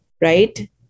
right